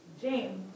James